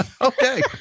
Okay